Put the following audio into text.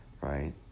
right